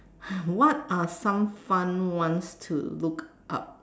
what are some fun ones to look up